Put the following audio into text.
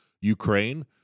Ukraine